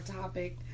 topic